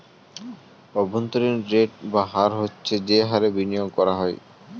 অভ্যন্তরীণ রেট বা হার হচ্ছে যে হারে বিনিয়োগ করা হয়